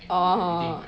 orh